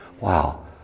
Wow